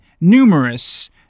numerous